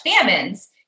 famines